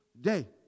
day